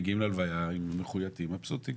מגיעים ללוויה מחייטים מבסוטים,